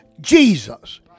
Jesus